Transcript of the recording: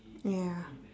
ya